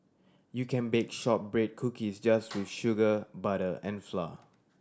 you can bake shortbread cookies just with sugar butter and flour